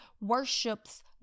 worships